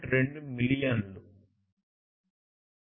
2 మిలియన్లు